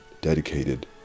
dedicated